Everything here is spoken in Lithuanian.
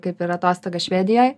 kaip ir atostogas švedijoj